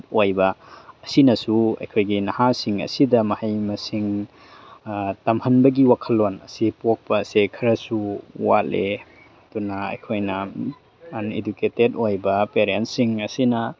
ꯑꯣꯏꯕ ꯑꯁꯤꯅꯁꯨ ꯑꯩꯈꯣꯏꯒꯤ ꯅꯍꯥꯁꯤꯡ ꯑꯁꯤꯗ ꯃꯍꯩ ꯃꯁꯤꯡ ꯇꯝꯍꯟꯕꯒꯤ ꯋꯥꯈꯜꯂꯣꯜ ꯑꯁꯤ ꯄꯣꯛꯄ ꯑꯁꯦ ꯈꯔꯁꯨ ꯋꯥꯠꯂꯦ ꯑꯗꯨꯅ ꯑꯩꯈꯣꯏꯅ ꯑꯟꯏꯗꯨꯀꯦꯇꯦꯠ ꯑꯣꯏꯕ ꯄꯦꯔꯦꯟꯁ ꯁꯤꯡ ꯑꯁꯤꯅ